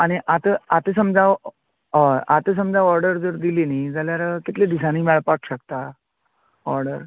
आनी आतां आतां समजा हय आतां समजा ऑर्डर जर दिली न्ही जाल्यार कितली दिसांनी मेळपाक शकता ऑर्डर